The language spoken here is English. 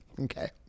okay